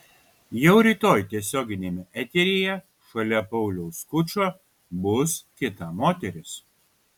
jau rytoj tiesioginiame eteryje šalia pauliaus skučo bus kita moteris